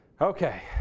okay